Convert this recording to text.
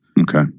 Okay